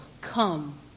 come